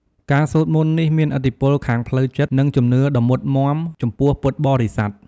ការសូត្រមន្តនេះមានឥទ្ធិពលខាងផ្លូវចិត្ត និងជំនឿដ៏មុតមាំចំពោះពុទ្ធបរិស័ទ។